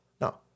No